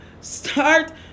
Start